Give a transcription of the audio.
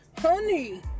Honey